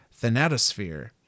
thanatosphere